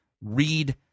Read